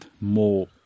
more